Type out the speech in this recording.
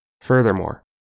Furthermore